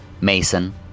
Mason